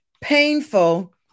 painful